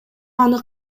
аны